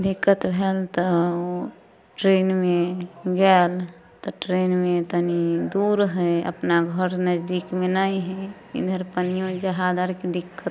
दिक्कत भेल तऽ ओ ट्रेनमे गेल तऽ ट्रेनमे तनी दूर है अपना घर नजदीकमे नहि है इधर पनिऑं जहाज आरके दिक्कत है